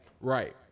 Right